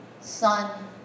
son